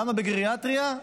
למה בגריאטריה?